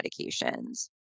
medications